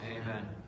Amen